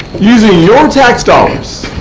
using your tax dollars